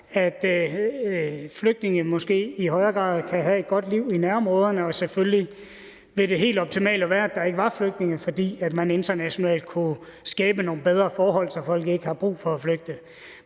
at flygtningene måske i højere grad kan have et godt liv i nærområderne. Selvfølgelig ville det helt optimale jo være, at der ikke var flygtninge, fordi man internationalt kunne skabe nogle bedre forhold, så folk ikke havde brug for at flygte.